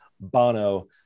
Bono